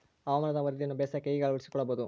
ಹವಾಮಾನದ ವರದಿಯನ್ನು ಬೇಸಾಯಕ್ಕೆ ಹೇಗೆ ಅಳವಡಿಸಿಕೊಳ್ಳಬಹುದು?